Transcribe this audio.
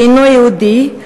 שאינו יהודי,